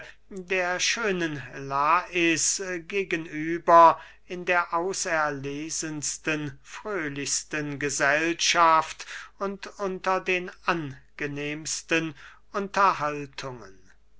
der schönen lais gegenüber in der auserlesensten fröhlichsten gesellschaft und unter den angenehmsten unterhaltungen